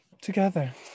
together